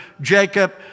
Jacob